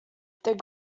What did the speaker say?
their